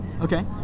Okay